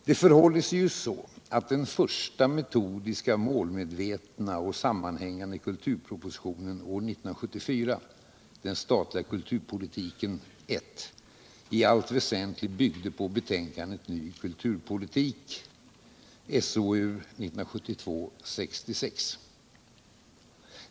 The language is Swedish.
Det förhåller sig så att den första metodiska, målmedvetna och sammanhängande kulturpropositionen år 1974, Den statliga kulturpolitiken, i allt väsentligt byggde på betänkandet Ny kulturpolitik, SOU 1972:66.